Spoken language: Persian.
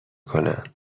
کنم